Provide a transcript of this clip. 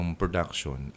production